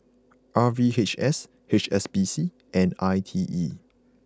R V H S H S B C and I T E